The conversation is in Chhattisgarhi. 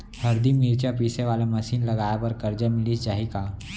हरदी, मिरचा पीसे वाले मशीन लगाए बर करजा मिलिस जाही का?